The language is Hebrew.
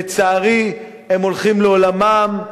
לצערי, הם הולכים לעולמם,